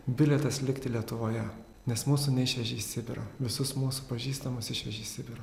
bilietas likti lietuvoje nes mūsų neišvežė į sibirą visus mūsų pažįstamus išvežė į sibirą